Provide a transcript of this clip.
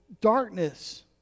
darkness